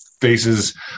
faces